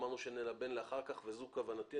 אמרנו שנלבן אחר כך וזו כוונתי.